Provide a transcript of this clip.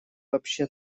вообще